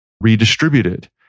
redistributed